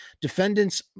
defendants